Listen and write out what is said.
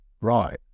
right